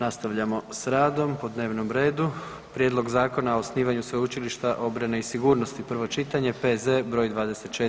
Nastavljamo s radom po dnevnom redu: - Prijedlog Zakona o osnivanju Sveučilišta obrane i sigurnosti, prvo čitanje, P.Z. br. 24;